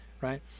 right